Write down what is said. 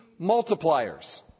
multipliers